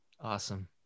awesome